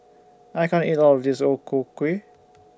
I can't eat All of This O Ku Kueh